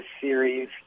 series